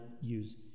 use